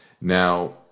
Now